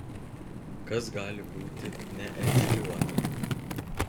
kas gali būti neetiliuota